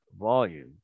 Volume